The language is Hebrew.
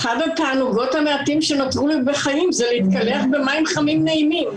אחד התענוגות המעטים שנותרו לי בחיים זה להתקלח במים חמים נעימים.